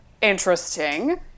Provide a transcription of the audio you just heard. interesting